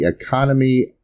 economy